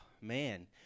man